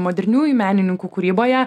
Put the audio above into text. moderniųjų menininkų kūryboje